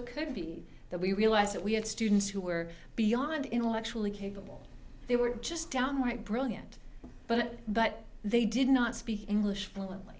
it could be that we realized that we had students who were beyond intellectually capable they were just downright brilliant but but they did not speak english fluently